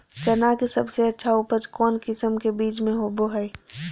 चना के सबसे अच्छा उपज कौन किस्म के बीच में होबो हय?